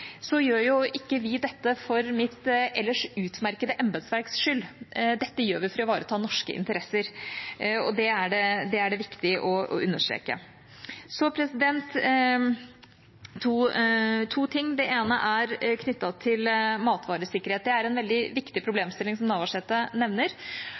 Så gjør vi jo ikke dette for mitt ellers utmerkede embetsverks skyld. Dette gjør vi for å ivareta norske interesser, og det er det viktig å understreke. Så to ting – det ene er knyttet til matvaresikkerhet. Det er en veldig viktig